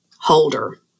Holder